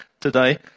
today